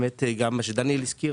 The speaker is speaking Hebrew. גם מה שדניאל הזכיר,